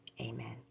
amen